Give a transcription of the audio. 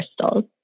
crystals